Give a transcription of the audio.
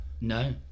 No